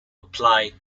apply